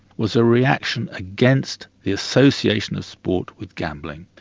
was a reaction against the association of sport with gambling.